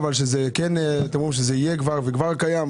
אתם אומרים שלהבא זה יהיה וזה כבר קיים?